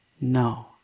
No